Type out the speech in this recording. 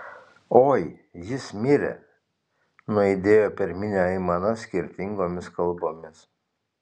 oi jis mirė nuaidėjo per minią aimana skirtingomis kalbomis